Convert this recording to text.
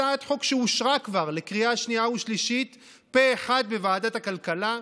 הצעת חוק שאושרה כבר לקריאה שנייה ושלישית פה אחד בוועדת הכלכלה,